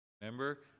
remember